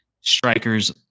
strikers